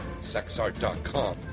sexart.com